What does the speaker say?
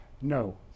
No